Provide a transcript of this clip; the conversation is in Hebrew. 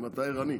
אם אתה ערני.